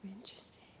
Interesting